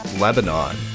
Lebanon